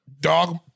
dog